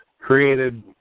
created